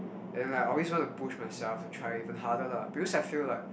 and like I always wanna push myself and try even harder lah because I feel like